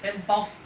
then bounce